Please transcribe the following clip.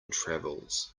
travels